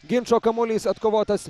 ginčo kamuolys atkovotas